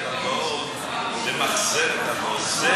ומציעים להם הלוואות למחזר את ההלוואות.